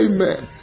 Amen